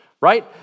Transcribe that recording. right